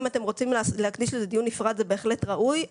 אם אתם רוצים להקדיש לזה דיון נפרד זה בהחלט ראוי.